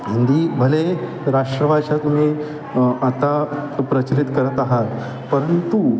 हिंदी भले राष्ट्रभाषा तुम्ही आता प्रचलित करत आहात परंतु